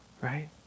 right